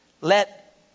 let